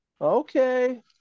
Okay